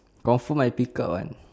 confirm I pick up one